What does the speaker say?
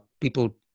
people